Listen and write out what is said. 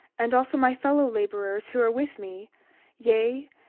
and also my fellow laborers who are with me yea,